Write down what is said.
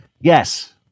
Yes